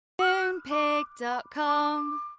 Moonpig.com